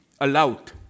allowed